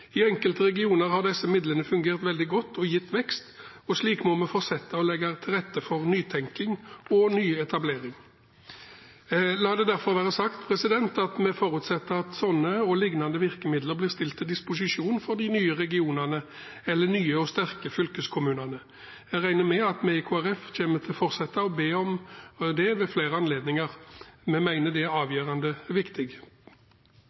I enkelte regioner har disse midlene fungert veldig godt og gitt vekst, og slik må vi fortsette å legge til rette for nytenkning og nyetablering. La det derfor være sagt at vi forutsetter at slike og liknende virkemidler stilles til disposisjon for de nye regionene eller nye og sterke fylkeskommunene. Jeg regner med at vi i Kristelig Folkeparti kommer til å fortsette å be om det ved flere anledninger. Vi mener det er